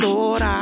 Lord